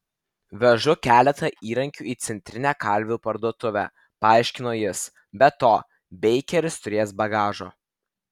vežu keletą įrankių į centrinę kalvių parduotuvę paaiškino jis be to beikeris turės bagažo